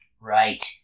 Right